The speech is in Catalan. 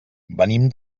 venim